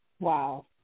Wow